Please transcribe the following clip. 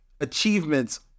Achievements